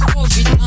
Covid